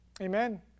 Amen